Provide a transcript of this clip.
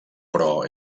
però